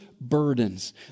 burdens